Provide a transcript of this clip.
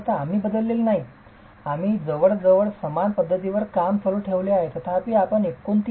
मूलत आम्ही बदलले नाही आम्ही जवळजवळ समान पध्दतीवर बांधकाम चालू ठेवले आहे तथापि आपण 29